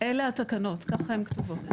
אלה התקנות, ככה הן כתובות.